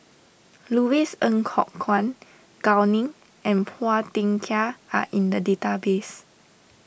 Louis Ng Kok Kwang Gao Ning and Phua Thin Kiay are in the database